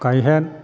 गाइहेन